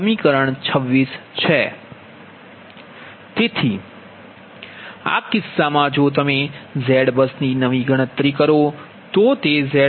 તેથી આ કિસ્સામાં જો તમે Z બસની નવી ગણતરી કરો તો તે ZBUSNEW0